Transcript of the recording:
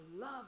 love